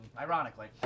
ironically